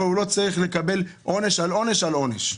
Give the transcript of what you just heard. אבל הוא לא צריך לקבל עונש על עונש על עונש.